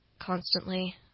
constantly